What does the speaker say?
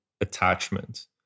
attachment